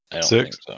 Six